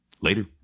Later